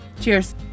cheers